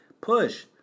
Push